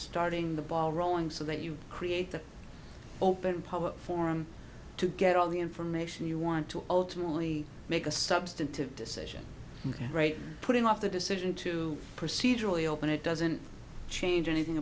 starting the ball rolling so that you create an open public forum to get all the information you want to ultimately make a substantive decision right putting off the decision to procedurally open it doesn't change anything